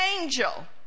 angel